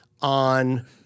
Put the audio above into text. on